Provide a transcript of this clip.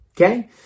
okay